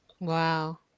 Wow